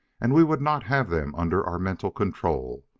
and we would not have them under our mental control,